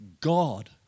God